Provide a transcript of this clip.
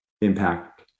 impact